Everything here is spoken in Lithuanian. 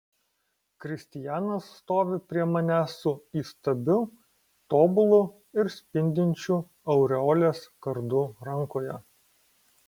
kristijanas stovi prie manęs su įstabiu tobulu ir spindinčiu aureolės kardu rankoje